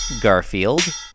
Garfield